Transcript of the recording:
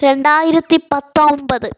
രണ്ടായിരത്തി പത്തൊമ്പത്